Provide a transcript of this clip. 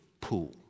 pool